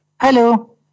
Hello